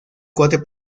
cuatro